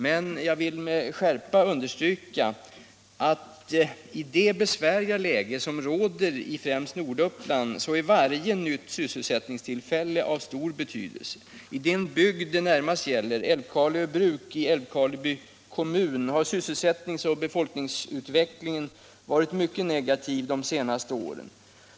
Men jag vill med skärpa understryka att i det besvärliga läge som råder i främst Norduppland är varje nytt sysselsättningstillfälle av stor betydelse. I den bygd det närmast gäller — Älvkarleö Bruk i Älvkarleby kommun — har SyS selsättningsoch befolkningsutvecklingen varit mycket negativ de senaste åren.